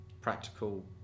practical